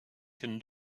can